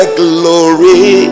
glory